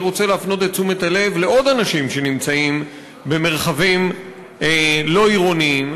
ואני רוצה להפנות את תשומת הלב לעוד אנשים שנמצאים במרחבים לא עירוניים,